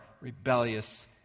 rebellious